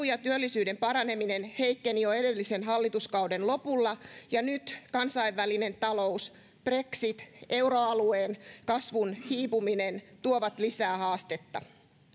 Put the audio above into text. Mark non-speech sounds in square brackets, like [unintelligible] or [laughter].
[unintelligible] ja työllisyyden paraneminen heikkeni jo edellisen hallituskauden lopulla ja nyt kansainvälinen talous brexit ja euroalueen kasvun hiipuminen tuovat lisää haastetta